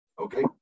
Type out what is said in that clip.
Okay